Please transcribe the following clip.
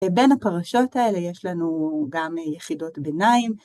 ובין הפרשות האלה יש לנו גם יחידות ביניים.